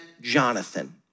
Jonathan